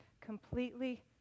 completely